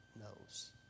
knows